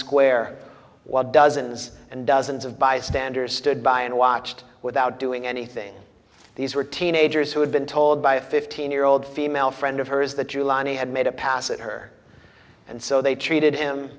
while dozens and dozens of bystanders stood by and watched without doing anything these were teenagers who had been told by a fifteen year old female friend of hers that you loni had made a pass at her and so they treated him